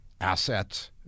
assets